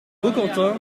baucantin